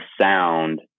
sound